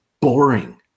boring